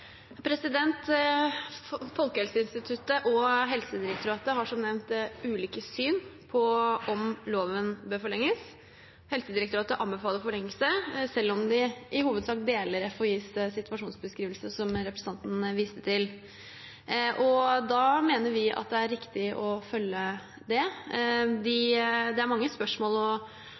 Folkehelseinstituttet og Helsedirektoratet har som nevnt ulike syn på om loven bør forlenges. Helsedirektoratet anbefaler forlengelse, selv om de i hovedsak deler FHIs situasjonsbeskrivelse, som representanten viste til. Da mener vi at det er riktig å følge det. Det